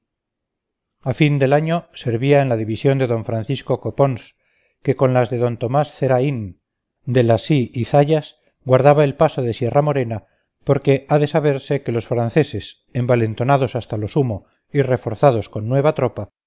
a fin del año servía en la división de d francisco copons que con las de d tomás zeraín de lacy y zayas guardaba el paso de sierra-morena porque ha de saberse que los franceses envalentonados hasta lo sumo y reforzados con nueva tropa